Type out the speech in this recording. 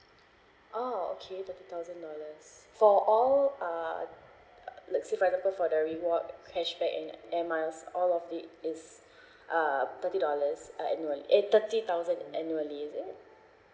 oh okay thirty thousand dollars for all uh let say for example for the reward cashback and air miles all of it is uh thirty dollars uh annually eh thirty thousand annually is it